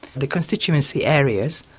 the constituency areas